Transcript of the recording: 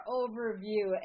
overview